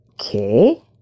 Okay